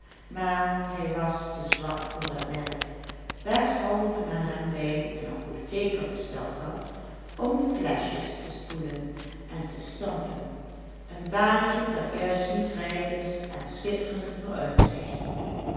maar hij was te zwak voor dat werk weshalve men hem bij een apotheker besteld had om fleschjes te spoelen en te stampen een baantje dat juist niet rijk is aan schitterende vooruitzichten